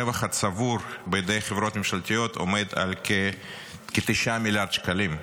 הרווח הצבור בידי חברות ממשלתיות עומד על כ-9 מיליארד שקלים.